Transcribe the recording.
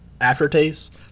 aftertaste